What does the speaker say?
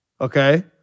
Okay